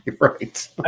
right